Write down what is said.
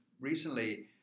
recently